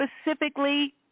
specifically